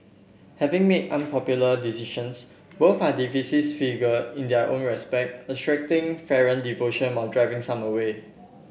having made unpopular decisions both are figure in their own respect attracting fervent devotion while driving some away